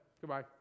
goodbye